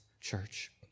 church